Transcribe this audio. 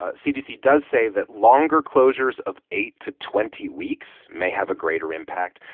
ah cdc does say that longer closures of eight to twenty weeks may have a greater impact.